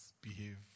behave